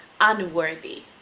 unworthy